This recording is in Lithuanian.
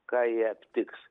ką jie aptiks